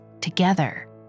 together